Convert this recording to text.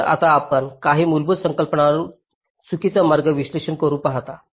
तर आता आपण काही मूलभूत संकल्पनांवर चुकीचे मार्ग विश्लेषण पाहू